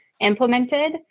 implemented